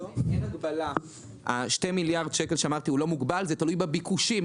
ה-2 מיליארד שקל שאמרתי תלוי בביקושים.